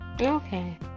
okay